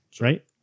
right